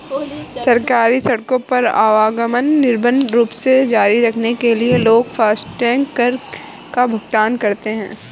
सरकारी सड़कों पर आवागमन निर्बाध रूप से जारी रखने के लिए लोग फास्टैग कर का भुगतान करते हैं